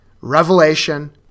Revelation